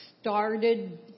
started